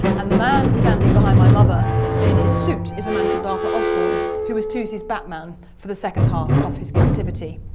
and the man standing behind my mother in his suit is a man called arthur osborne who was toosey's batman for the second half of his captivity.